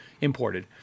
imported